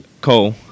Cole